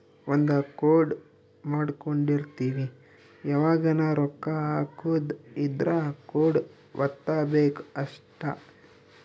ಒಂದ ಕೋಡ್ ಮಾಡ್ಕೊಂಡಿರ್ತಿವಿ ಯಾವಗನ ರೊಕ್ಕ ಹಕೊದ್ ಇದ್ರ ಕೋಡ್ ವತ್ತಬೆಕ್ ಅಷ್ಟ